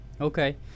Okay